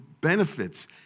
benefits